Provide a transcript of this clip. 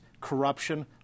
corruption